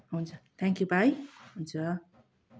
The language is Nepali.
हुन्छ थ्याङ्क यू भाइ हुन्छ